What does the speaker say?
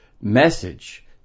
message